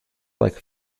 like